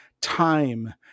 time